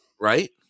right